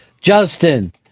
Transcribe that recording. Justin